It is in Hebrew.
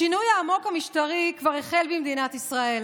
השינוי המשטרי העמוק כבר החל במדינת ישראל.